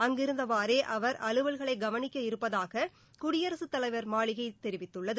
அங்கிருந்தவாறே அவர் அலுவல்களை கவனிக்க இருப்பதாக குடியரசத் தலைவர் மாளிகை தெரிவித்துள்ளது